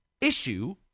issue